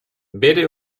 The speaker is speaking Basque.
bere